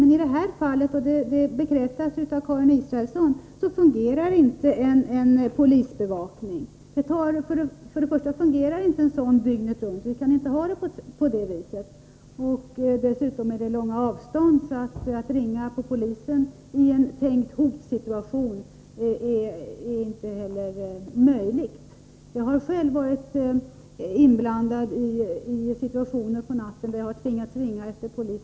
Men i det här fallet — och det bekräftas av Karin Israelsson — fungerar inte en polisbevakning. För det första fungerar en sådan inte dygnet runt, det är inte möjligt att ha det på det viset. Dessutom är det långa avstånd. Att ringa till polisen i en hotsituation är inte heller möjligt. Jag har själv varit inblandad i situationer på natten då jag har varit tvingad att ringa efter polis.